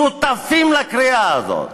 שותפים לקריאה הזאת,